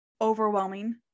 overwhelming